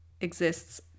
exists